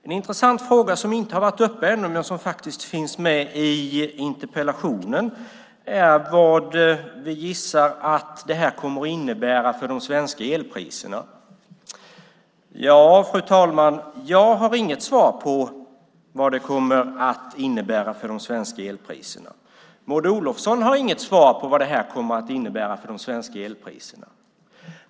En intressant fråga som inte har varit uppe ännu men som faktiskt finns med i interpellationen är vad detta kommer att innebära för de svenska elpriserna. Jag har inget svar på vad det kommer att innebära för de svenska elpriserna. Maud Olofsson har inget svar på vad det kommer att innebära för de svenska elpriserna.